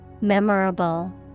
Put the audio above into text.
Memorable